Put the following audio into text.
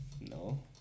No